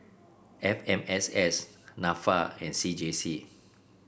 F M S S NAFA and C J C